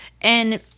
And-